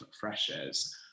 freshers